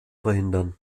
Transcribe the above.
verhindern